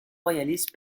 royaliste